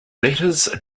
letters